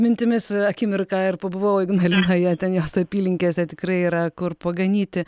mintimis akimirką ir pabuvau ignalinoje ten jos apylinkėse tikrai yra kur paganyti